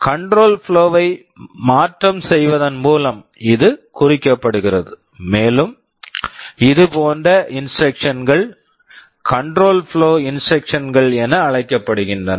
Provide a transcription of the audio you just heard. control flow control flow வை மாற்றம் செய்வதன் மூலம் இது குறிக்கப்படுகிறது மேலும் இதுபோன்ற இன்ஸ்ட்ரக்க்ஷன்ஸ் Instructions கள் control flow control flow instructions Instructions கள் என அழைக்கப்படுகின்றன